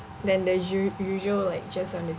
than the us~ usual like just on the